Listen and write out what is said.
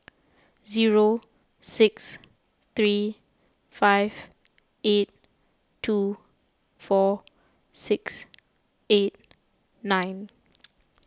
zero six three five eight two four six eight nine